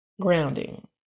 grounding